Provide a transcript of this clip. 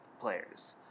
players